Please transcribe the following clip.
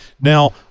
Now